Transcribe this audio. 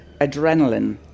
adrenaline